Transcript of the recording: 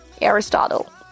Aristotle